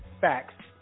facts